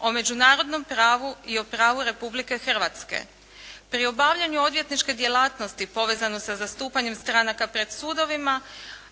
o međunarodnom pravu i o pravu Republike Hrvatske. Pri obavljanju odvjetničke djelatnosti povezano sa zastupanjem stranaka pred sudovima,